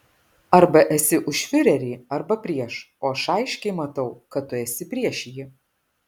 arba esi už fiurerį arba prieš o aš aiškiai matau kad tu esi prieš jį